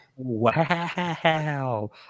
Wow